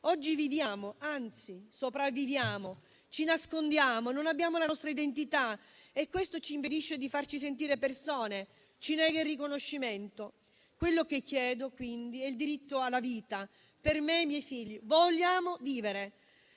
Oggi viviamo, anzi sopravviviamo, ci nascondiamo, non abbiamo la nostra identità e questo ci impedisce di farci sentire persone, ci nega il riconoscimento. Quello che chiedo, quindi, è il diritto alla vita, per me e i miei figli. Vogliamo vivere.